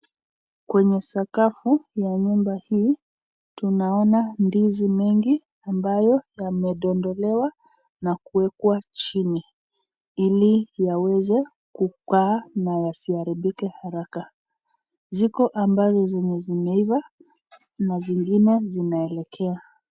Kwenye sakafu ya nyumba hii, tunaona ndizi mingi amabyo yamedondolewa na kuwekwa chini, ili yaweze kukaa yasiharibike haraka, ziko ambazo zenye zimeiva na zingine znaelekea.